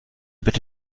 bitte